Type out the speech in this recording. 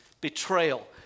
betrayal